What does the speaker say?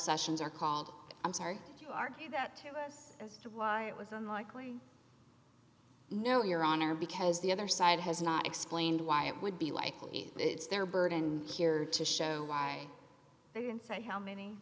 sessions are called i'm sorry you argue that as to why it was unlikely no your honor because the other side has not explained why it would be likely it's their burden here to show why they can say how many